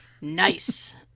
Nice